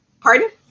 Pardon